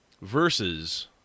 versus